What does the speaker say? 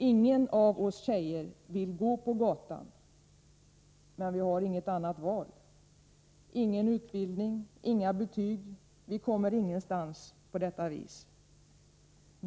Ingen av oss tjejer vill gå på gatan. Men vi har inget annat val. Ingen utbildning — inga betyg — vi kommer ingenstans på detta vis.